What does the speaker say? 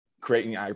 creating